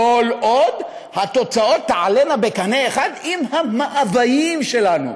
כל עוד התוצאות תעלינה בקנה אחד עם המאוויים שלנו.